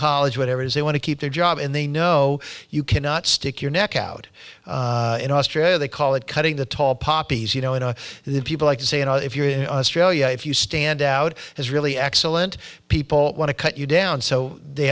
college whatever it is they want to keep their job and they know you cannot stick your neck out in australia they call it cutting the tall poppies you know and the people like to say you know if you're in australia if you stand out as really excellent people want to cut you down so they